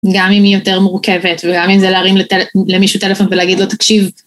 גם אם היא יותר מורכבת, וגם אם זה להרים למישהו טלפון ולהגיד לו תקשיב.